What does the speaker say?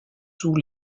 sous